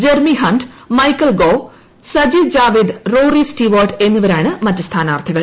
Jeremy Hunt Michael Gove Sajid Javid Rory Stewart എന്നിവരാണ് മറ്റ് സ്ഥാനാർത്ഥികൾ